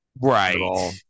Right